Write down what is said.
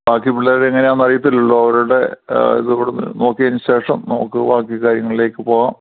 ബാക്കി പിള്ളേർ എങ്ങനെയാണെന്ന് അറിയത്തില്ലല്ലോ അവരുടെ ഇതും കൂടെ നോക്കിയതിനു ശേഷം നമുക്ക് ബാക്കി കാര്യങ്ങളിലേക്ക് പോകാം